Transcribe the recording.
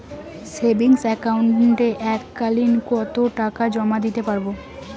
Savings একাউন্টে এক কালিন কতটাকা জমা দিতে পারব?